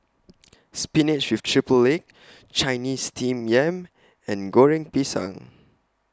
Spinach with Triple Egg Chinese Steamed Yam and Goreng Pisang